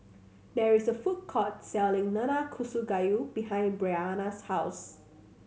there is a food court selling Nanakusa Gayu behind Bryanna's house